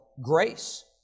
grace